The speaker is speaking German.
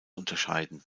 unterscheiden